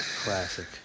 Classic